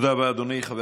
תודה רבה, אדוני.